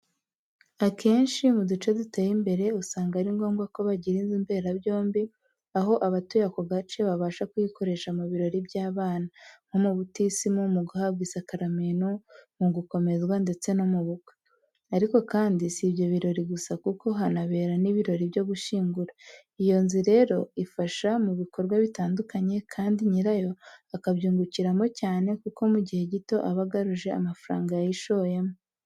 Akenshi mu duce duteye imbere, usanga ari ngombwa ko bagira inzu mberabyombi aho abatuye ako gace babasha kuyikoresha mu birori by’abana, nko mu butisimu, mu guhabwa isakaramentu, mu gukomezwa ndetse no mu bukwe. Ariko kandi, si ibyo birori gusa, kuko hanabera n’ ibirori byo gushyingura. Iyo nzu rero ifasha mu bikorwa bitandukanye, kandi nyirayo akabyungukiramo cyane, kuko mu gihe gito aba agaruje amafaranga yayishoyemo.